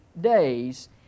days